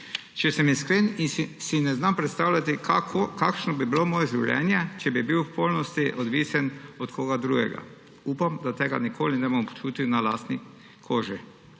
Če sem iskren, si ne znam predstavljati, kakšno bi bilo moje življenje, če bi bil v polnosti odvisen od koga drugega. Upam, da tega nikoli ne bom občutil na lastni koži.